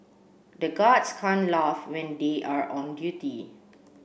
the guards can't laugh when they are on duty